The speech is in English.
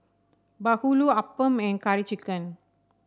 bahulu appam and Curry Chicken